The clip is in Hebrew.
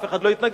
אף אחד לא יתנגד,